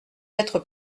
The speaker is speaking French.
être